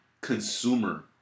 consumer